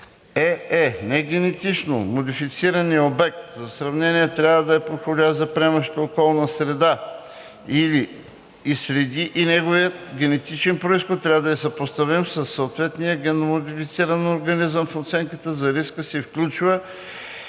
ее) негенетично модифицираният обект за сравнение трябва да бъде подходящ за приемащата околна среда или среди и неговият генетичен произход трябва да е съпоставим със съответния генно модифициран организъм; в оценката на риска се включва